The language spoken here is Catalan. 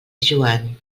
joan